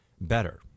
better